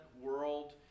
world